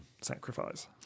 sacrifice